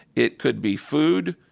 it could be food,